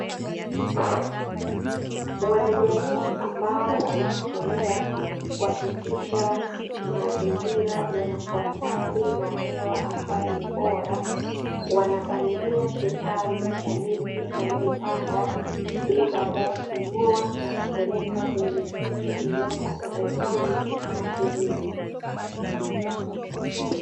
Wanajamii ambao wamejitolea kuhakikisha mazingira yanakuwa safi na hewa ambayo ni bora, wanapalilia kitalu cha miti waliyoipanda ili baadae kung'oa na kupeleka kwenye misitu iliyopo pembezoni na kijiji.